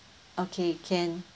okay can